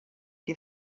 die